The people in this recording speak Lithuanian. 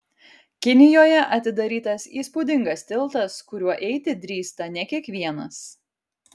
kinijoje atidarytas įspūdingas tiltas kuriuo eiti drįsta ne kiekvienas